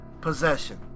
possession